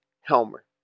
Helmer